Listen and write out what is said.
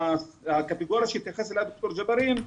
והקטגוריה שהתייחס אליה ד"ר ג'אברין,